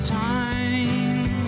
time